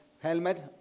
Helmet